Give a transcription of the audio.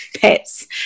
pets